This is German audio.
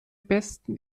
besten